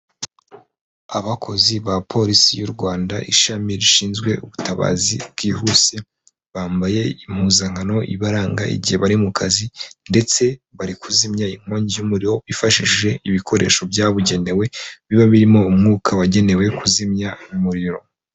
Abakozi ba polisi y'u Rwanda ishami rishinzwe ubutabazi bwihuse, bambaye impuzankano ibaranga igihe bari mu kazi ndetse bari kuzimya inkongi y'umuriro bifashishije ibikoresho byabugenewe, biba birimo umwuka wagenewe kuzimya umuriro.